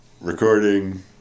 recording